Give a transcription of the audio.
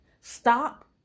Stop